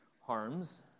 harms